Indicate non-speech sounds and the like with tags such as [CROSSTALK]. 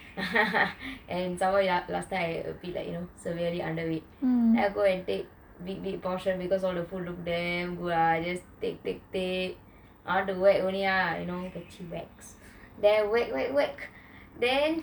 [LAUGHS] and somemore ya last time I a bit severely underweight then I go take big big portion because all the food look damn good I just take take take I want to whack only ah you know for tea bags then whack whack whack then